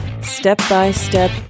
step-by-step